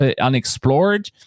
unexplored